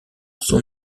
son